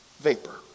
Vapor